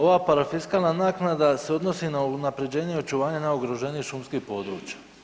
Ova parafiskalna naknada se odnosi na unapređenje i očuvanje najugroženijih šumskim područja.